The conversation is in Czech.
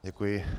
Děkuji.